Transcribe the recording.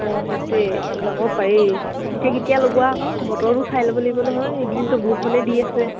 অঁ সেইটোৱ ল'গাব পাৰি এতিয়া কেতিয়া লগোৱা আহোঁ বতৰটো চাই ল'ব লাগিব নহয় সেইকদিনতো বৰষুণে দি আছে